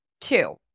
two